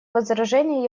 возражений